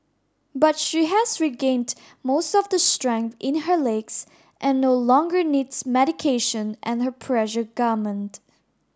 but she has regained most of the strength in her legs and no longer needs medication and her pressure garment